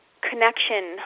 connection